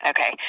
Okay